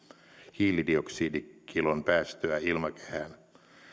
hiilidioksidikilon päästöä ilmakehään